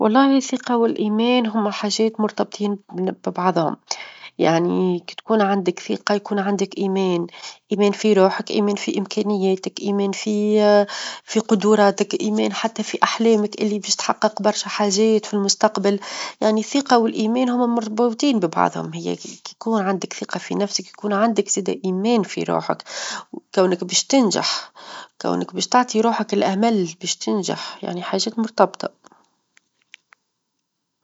والله الثقة والإيمان هما حاجات مرتبطين ببعظهم. يعني كي تكون عندك ثقة يكون عندك إيمان، إيمان في روحك، إيمان في إمكانياتك، إيمان -في- في قدراتك، إيمان حتى في أحلامك اللي باش تحقق برشا حاجات في المستقبل، يعني الثقة والإيمان هما -مر- مربوطين ببعظهم، هي هذي كي يكون عندك ثقة في نفسك يكون عندك صدق إيمان في روحك، كونك باش تنجح، كونك باش تعطي روحك الأمل باش تنجح، يعني حاجات مرتبطة.